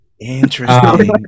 Interesting